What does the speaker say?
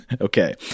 Okay